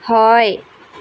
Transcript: হয়